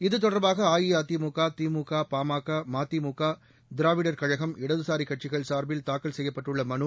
இதுதொடர்பாக அஇஅதிமுக திமுக பாமக மதிமுக திராவிடர் கழகம் இடதுசாரிக் கட்சிகள் சார்பில் தாக்கல் செய்யப்பட்டுள்ள மனு